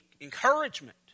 encouragement